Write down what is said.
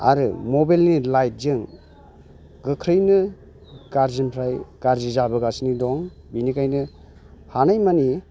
आरो मबाइलनि लाइटजों गोख्रैनो गाज्रिनिफ्राय गाज्रि जाबोगासिनो दं बेनिखायनो हानाय मानि